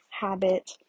habit